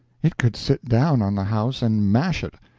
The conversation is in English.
it could sit down on the house and mash it,